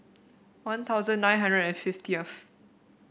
One Thousand nine hundred and fiftieth